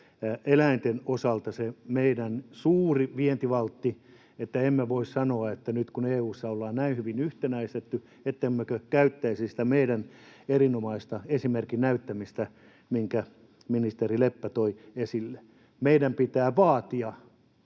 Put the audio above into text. eläinten osalta se meidän suuri vientivalttimme. Emme voi sanoa, että nyt kun EU:ssa ollaan näin hyvin yhtenäistetty, emme käyttäisi sitä meidän erinomaista esimerkin näyttämistä, minkä ministeri Leppä toi esille. Meidän pitää vaatia